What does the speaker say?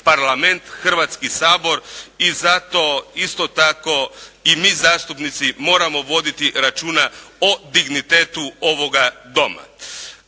Parlament, Hrvatski sabor i zato isto tako i mi zastupnici moramo voditi računa o dignitetu ovoga Doma.